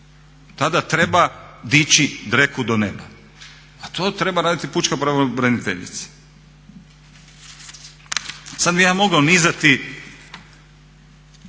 tada treba dići dreku do neba, a to treba raditi pučka pravobraniteljica. Sada bih ja mogao nizati